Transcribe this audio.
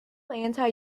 anti